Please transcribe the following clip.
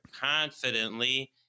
confidently